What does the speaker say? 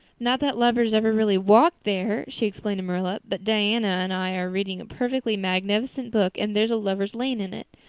not that lovers ever really walk there, she explained to marilla, but diana and i are reading a perfectly magnificent book and there's a lover's lane in it.